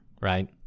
right